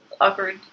awkward